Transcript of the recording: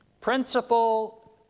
principle